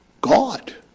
God